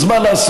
אז מה לעשות?